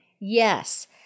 Yes